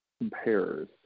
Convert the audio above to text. compares